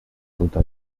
ruta